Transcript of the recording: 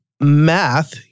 math